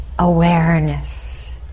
Awareness